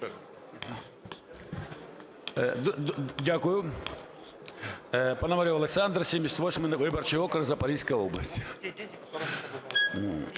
Дякую. Пономарьов Олександр, 78 виборчий округ, Запорізька область.